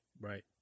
Right